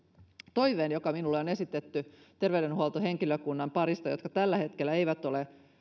toiveen joka minulle on esitetty sen terveydenhuoltohenkilökunnan parista joka tällä hetkellä ei ole